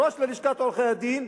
ראש ללשכת עורכי-הדין,